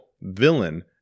villain